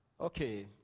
Okay